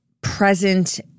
present